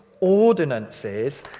ordinances